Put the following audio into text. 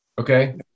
Okay